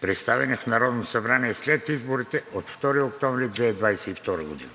представени в Народното събрание след изборите от 2 октомври 2022 г.